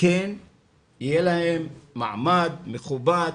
כן יהיה להן מעמד מכובד,